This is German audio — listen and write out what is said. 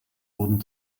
wurden